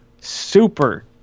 super